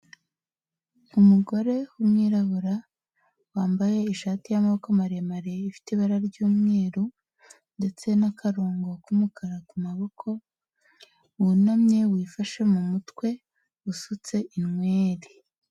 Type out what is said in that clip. Umugore w'umwirabura wambaye ishati ya maboko maremare ifite ibara ry'umweru ndetse n'akarongo k'umukara ku maboko, wunamye wifashe mu mutwe, usutse inweri.